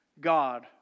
God